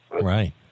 Right